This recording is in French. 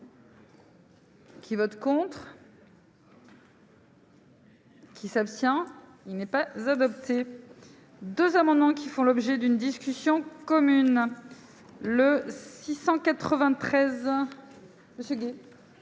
Qui vote contre. Qui s'abstient, il n'est pas adopté 2 amendements qui font l'objet d'une discussion commune le 693 monsieur.